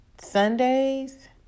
Sundays